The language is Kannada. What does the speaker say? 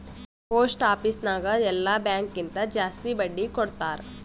ಪೋಸ್ಟ್ ಆಫೀಸ್ ನಾಗ್ ಎಲ್ಲಾ ಬ್ಯಾಂಕ್ ಕಿಂತಾ ಜಾಸ್ತಿ ಬಡ್ಡಿ ಕೊಡ್ತಾರ್